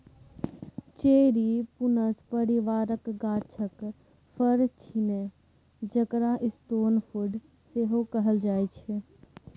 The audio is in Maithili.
चेरी प्रुनस परिबारक गाछक फर छियै जकरा स्टोन फ्रुट सेहो कहल जाइ छै